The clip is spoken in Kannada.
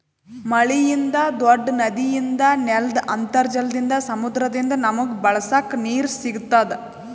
ಮಳಿಯಿಂದ್, ದೂಡ್ಡ ನದಿಯಿಂದ್, ನೆಲ್ದ್ ಅಂತರ್ಜಲದಿಂದ್, ಸಮುದ್ರದಿಂದ್ ನಮಗ್ ಬಳಸಕ್ ನೀರ್ ಸಿಗತ್ತದ್